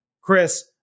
Chris